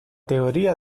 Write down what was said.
teoría